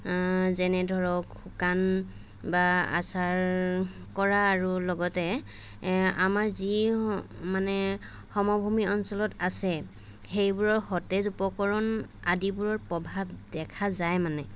যেনে ধৰক শুকান বা আচাৰ কৰা আৰু লগতে এ আমাৰ যি মানে সমভূমি অঞ্চলত আছে সেইবোৰৰ সতেজ উপকৰণ আদিবোৰৰ প্ৰভাৱ দেখা যায় মানে